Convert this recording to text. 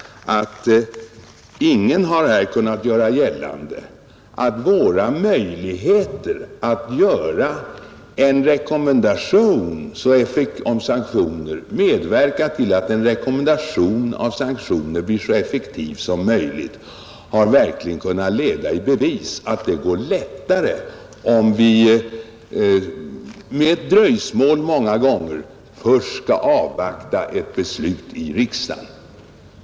Ingen har här kunnat leda i bevis att våra möjligheter att medverka till att en rekommendation om sanktioner blir så effektiv som möjligt skulle bli bättre om vi accepterade det dröjsmål som blev nödvändigt, om vi skulle avvakta ett beslut i riksdagen.